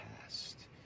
past